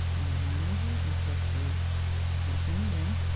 and yarn over, and pull through the whole thing again.